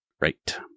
Right